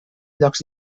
llocs